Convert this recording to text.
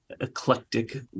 eclectic